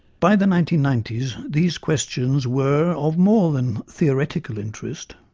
by the nineteen ninety s these questions were of more than theoretical interest.